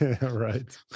Right